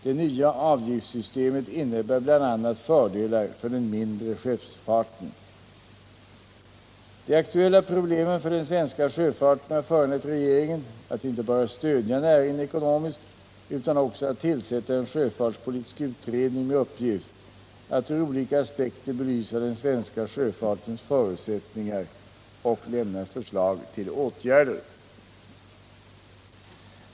Det nya avgiftssystemet innebär bl.a. fördelar för den mindre skeppsfarten. De aktuella problemen för den svenska sjöfarten har föranlett regeringen att inte bara stödja näringen ekonomiskt utan också att tillsätta en sjöfartspolitisk utredning med uppgift att ur olika aspekter belysa den svenska sjöfartens förutsättningar och lämna förslag till åtgärder.